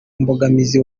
mbogamizi